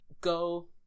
go